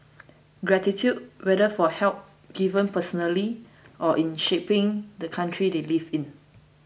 gratitude whether for help given personally or in shaping the country they live in